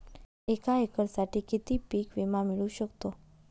एका एकरसाठी किती पीक विमा मिळू शकतो?